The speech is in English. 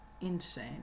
Insane